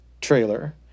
trailer